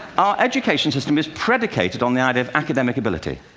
our education system is predicated on the idea of academic ability.